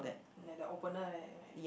like the opener ya like